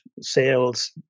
sales